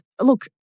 look